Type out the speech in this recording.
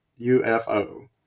UFO